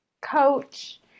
coach